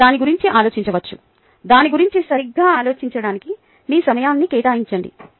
మీరు దాని గురించి ఆలోచించవచ్చు దాని గురించి సరిగ్గా ఆలోచించడానికి మీ సమయాన్ని కేటాయించండి